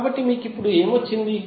కాబట్టి మీకు ఇప్పుడు ఏమి వచ్చింది